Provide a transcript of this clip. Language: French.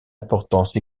importance